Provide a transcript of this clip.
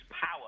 power